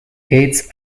gates